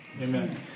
Amen